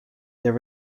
there